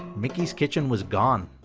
mickey's kitchen was gone.